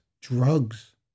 drugs